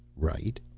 right?